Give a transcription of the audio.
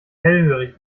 hellhörig